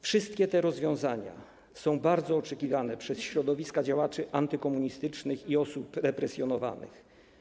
Wszystkie te rozwiązania są bardzo oczekiwane przez środowiska działaczy antykomunistycznych i osób represjonowanych.